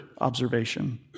observation